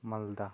ᱢᱟᱞᱫᱟ